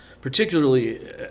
particularly